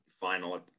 final